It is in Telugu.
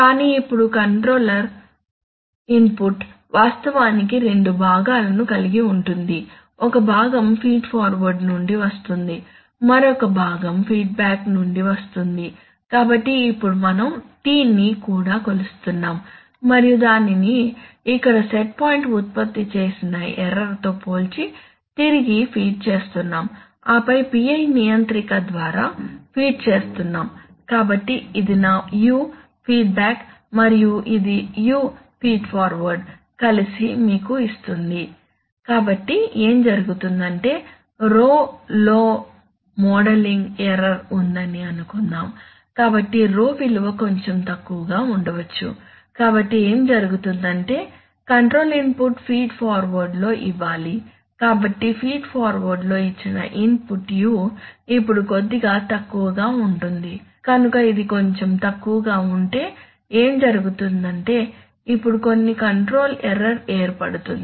కానీ ఇప్పుడు కంట్రోల్ ఇన్పుట్ వాస్తవానికి రెండు భాగాలను కలిగి ఉంది ఒక భాగం ఫీడ్ ఫార్వర్డ్ నుండి వస్తుంది మరొక భాగం ఫీడ్బ్యాక్ నుండి వస్తుంది కాబట్టి ఇప్పుడు మనం T ని కూడాకొలుస్తున్నాము మరియు దానిని ఇక్కడ సెట్ పాయింట్ ఉత్పత్తి చేసిన ఎర్రర్ తో పోల్చి తిరిగి ఫీడ్ చేస్తున్నాము ఆపై PI నియంత్రిక ద్వారా ఫీడ్ చేస్తున్నాము కాబట్టి ఇది నా U ఫీడ్బ్యాక్ మరియు ఇది U ఫీడ్ ఫార్వార్డ్ కలిసి మీకు ఇస్తుంది కాబట్టి ఏమి జరుగుతుందంటే రో లో మోడలింగ్ ఎర్రర్ ఉందని అనుకుందాం కాబట్టి రో విలువ కొంచెం తక్కువగా ఉండవచ్చు కాబట్టి ఏమి జరుగుతుం దంటే కంట్రోల్ ఇన్పుట్ ఫీడ్ర్ ఫార్వర్డ్ లో ఇవ్వాలి కాబట్టి ఫీడ్ర్ ఫార్వర్డ్ లో ఇచ్చ్చిన ఇన్పుట్ u ఇప్పుడు కొద్దిగా తక్కువగా ఉంటుంది కనుక ఇది కొంచెం తక్కువగా ఉంటే ఏమి జరుగుతుందంటే ఇప్పుడు కొన్ని కంట్రోల్ ఎర్రర్ ఏర్పడుతుంది